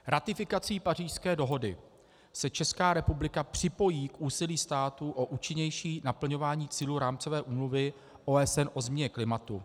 Ratifikací Pařížské dohody se Česká republika připojí k úsilí států o účinnější naplňování cílů Rámcové úmluvy OSN o změně klimatu.